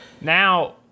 Now